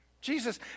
Jesus